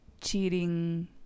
cheating